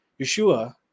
Yeshua